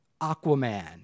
Aquaman